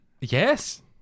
Yes